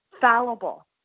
fallible